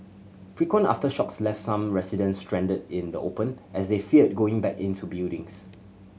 frequent aftershocks left some residents stranded in the open as they feared going back into buildings